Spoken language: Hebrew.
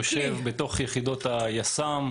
השיקולים האלה נשקלים על ידי המפקדים,